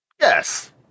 Yes